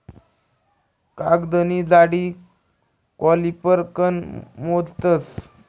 कागदनी जाडी कॉलिपर कन मोजतस